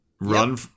run